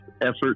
effort